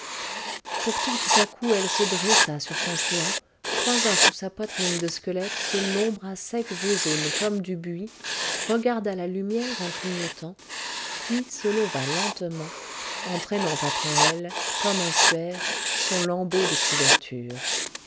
pourtant tout à coup elle se dressa sur son séant croisa sur sa poitrine de squelette ses longs bras secs et jaunes comme du buis regarda la lumière en clignotant puis se leva lentement entraînant après elle comme un suaire son lambeau de couverture